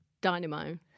Dynamo